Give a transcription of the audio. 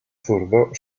zurdo